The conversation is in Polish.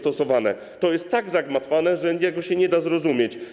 To jest tak zagmatwane, że tego się nie da zrozumieć.